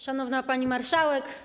Szanowna Pani Marszałek!